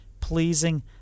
pleasing